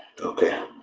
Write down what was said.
Okay